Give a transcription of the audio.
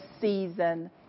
season